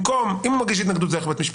אם הוא מגיש התנגדות, זה ילך לבית המשפט.